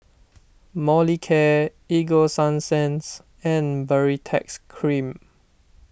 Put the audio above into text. Molicare Ego Sunsense and Baritex Cream